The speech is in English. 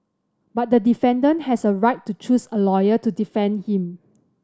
but the defendant has a right to choose a lawyer to defend him